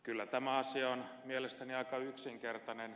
kyllä tämä asia on mielestäni aika yksinkertainen